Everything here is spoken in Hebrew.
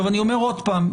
אני אומר עוד פעם,